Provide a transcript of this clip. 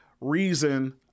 reason